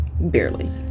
Barely